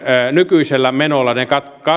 nykyisellä menolla ne